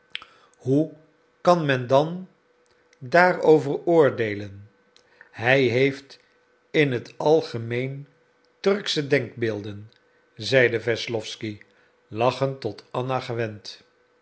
hoe kan men dan daarover oordeelen hij heeft in t algemeen turksche denkbeelden zeide wesslowsky lachend tot anna gewend